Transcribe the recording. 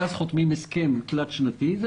ואז חותמים הסכם תלת-שנתי עם האוצר.